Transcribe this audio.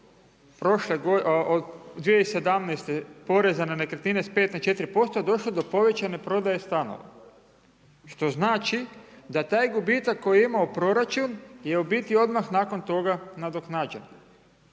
od 2017. poreza na nekretnine sa 5 na 4% došlo do povećane prodaje stanova. Što znači da taj gubitak koji je imao proračun je u biti odmah nakon toga nadoknađen.